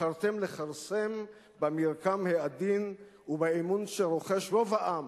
בחרתם לכרסם במרקם העדין ובאמון שרוחש רוב העם